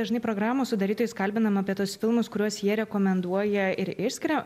dažnai programų sudarytojus kalbinam apie tuos filmus kuriuos jie rekomenduoja ir išskiria